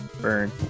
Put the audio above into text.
burn